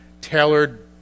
tailored